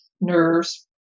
nerves